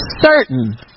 certain